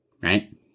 right